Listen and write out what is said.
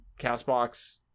CastBox